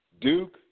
Duke